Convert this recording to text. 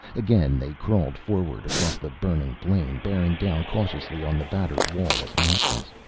again they crawled forward, across the burning plain, bearing down cautiously on the battered wall of mountains,